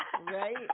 Right